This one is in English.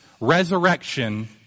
resurrection